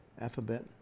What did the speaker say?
Alphabet